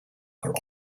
are